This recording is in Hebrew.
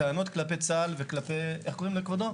טענות כלפי צה"ל וכלפי איך קוראים לכבודו?